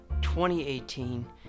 2018